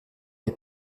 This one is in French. les